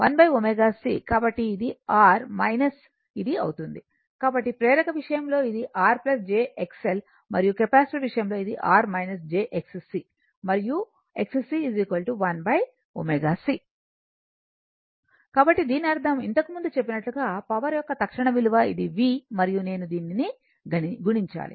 కాబట్టి ఇది R ఇది అవుతుంది కాబట్టి ప్రేరక విషయంలో ఇది R j XL మరియు కెపాసిటర్ విషయంలో ఇది R j Xc మరియు Xc 1 ω c కాబట్టి దీని అర్థం ఇంతకుముందు చెప్పినట్లుగా పవర్ యొక్క తక్షణ విలువ ఇది v మరియు నేను దీనిని గుణించాలి